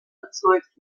erzeugt